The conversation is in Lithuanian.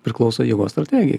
priklauso jėgos strategijai